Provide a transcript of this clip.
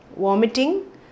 vomiting